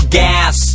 gas